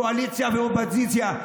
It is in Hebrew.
קואליציה ואופוזיציה,